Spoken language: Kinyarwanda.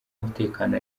umutekano